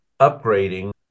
upgrading